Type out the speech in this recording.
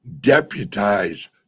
deputize